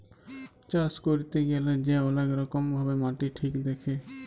চাষ ক্যইরতে গ্যালে যে অলেক রকম ভাবে মাটি ঠিক দ্যাখে